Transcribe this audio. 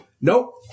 Nope